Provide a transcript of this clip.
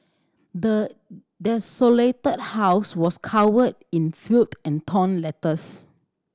the desolated house was covered in filth and torn letters